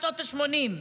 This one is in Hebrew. בשנות השמונים.